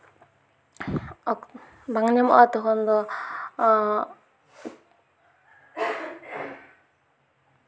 ᱵᱟᱝ ᱧᱟᱢᱚᱜᱼᱟ ᱛᱚᱠᱷᱚᱱ ᱫᱚ